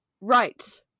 Right